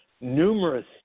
Numerous